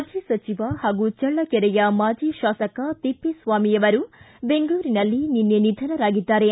ಮಾಜಿ ಸಚಿವ ಹಾಗೂ ಚಳ್ಳಕೇರೆಯ ಮಾಜಿ ಶಾಸಕ ತಿಪ್ಪೇಸ್ವಾಮಿ ಅವರು ಬೆಂಗಳೂರಿನಲ್ಲಿ ನಿನ್ನೆ ನಿಧನರಾಗಿದ್ದಾರೆ